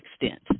extent